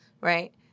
right